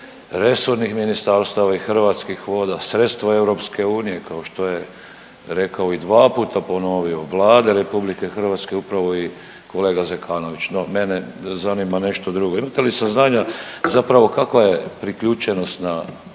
resornih ministarstava i Hrvatskih voda sredstva EU kao što je i dva puta ponovio, Vlada RH upravo i kolega Zekanović. No mene zanima nešto drugo, imate li saznanja zapravo kakva je priključenost na